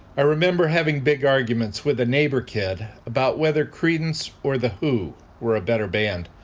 i remember having big arguments with a neighbor kid about whether creedence or the who were a better band.